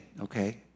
okay